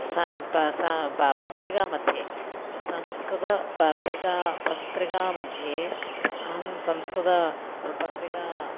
स प स प पत्रिकामध्ये संस्कृतपत्रिका पत्रिकामध्ये अहं संस्कृत पत्रिका